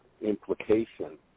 implication